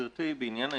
גברתי, בעניין העיכוב.